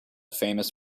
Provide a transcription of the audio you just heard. famous